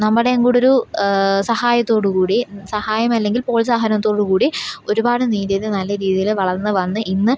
നമ്മുടേയും കൂടെയൊരു സഹായത്തോടുകൂടി സഹായം അല്ലെങ്കിൽ പ്രോത്സാഹനത്തോടുകൂടി ഒരുപാട് രീതിയിൽ നല്ല രീതിയിൽ വളർന്ന് വന്ന് ഇന്ന്